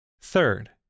Third